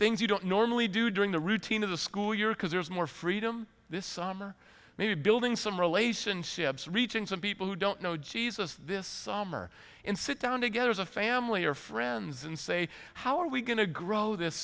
things you don't normally do during the routine of the school year because there's more freedom this summer maybe building some relationships reaching some people who don't know jesus this summer in sit down together as a family or friends and say how are we going to grow this